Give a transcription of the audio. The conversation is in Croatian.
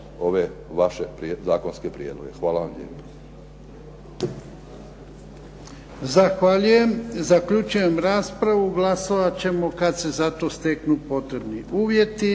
ove vaše zakonske prijedloge. Hvala vam lijepo.